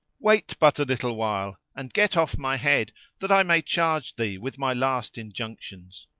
wait but a little while and get off my head that i may charge thee with my last injunctions.